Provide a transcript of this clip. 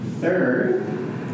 Third